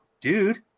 dude